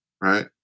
right